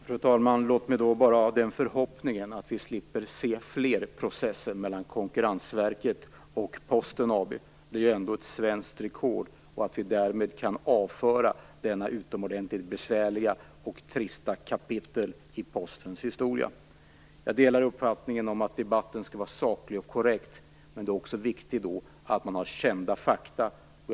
Fru talman! Låt mig då bara uttrycka den förhoppningen att vi slipper se fler processer mellan Konkurrensverket och Posten AB - detta är ju ändå ett svenskt rekord. Därmed kan vi kanske avföra detta utomordentligt besvärliga och trista kapitel i Postens historia. Jag delar uppfattningen om att debatten skall vara saklig och korrekt. Men det är också viktigt att man har tillgång till fakta.